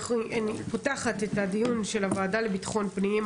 אני פותחת את הדיון של הוועדה לביטחון פנים.